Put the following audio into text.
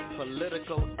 political